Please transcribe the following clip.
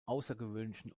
außergewöhnlichen